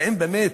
האם היא באמת